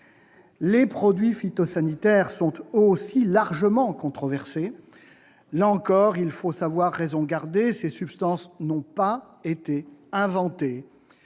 Les produits phytosanitaires sont eux aussi largement controversés. Là encore, il faut savoir raison garder. Ces substances n'ont pas été inventées